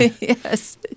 Yes